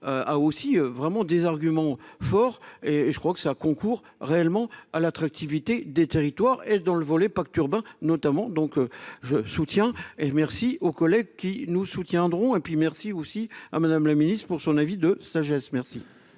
a aussi vraiment des arguments forts et je crois que ça concours réellement à l'attractivité des territoires et dans le volet pacte urbain notamment, donc je soutiens et merci aux collègues qui nous soutiendrons et puis merci aussi à Madame la Ministre pour son avis de sagesse. Merci.